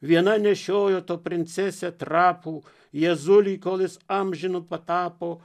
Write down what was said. viena nešiojo to princesę trapų jėzulį kol jis amžinu patapo